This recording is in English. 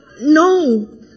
no